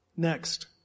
Next